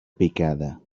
picada